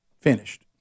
finished